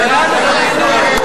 נתקבלה.